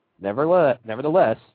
Nevertheless